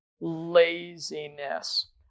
laziness